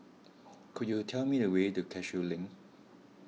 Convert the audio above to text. could you tell me the way to Cashew Link